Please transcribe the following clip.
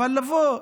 אבל בוא,